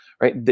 right